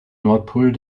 nordpol